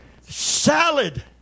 salad